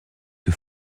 que